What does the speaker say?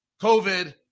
COVID